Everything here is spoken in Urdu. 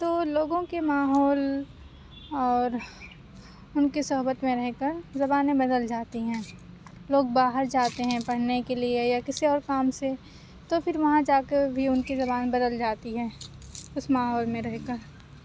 تو لوگوں کے ماحول اور اُن کی صحبت میں رہ کر زبانیں بدل جاتی ہیں لوگ باہر جاتے ہیں پڑھنے کے لیے یا کسی اور کام سے تو پھر وہاں جا کے بھی اُن کی زبان بدل جاتی ہیں اُس ماحول میں رہ کر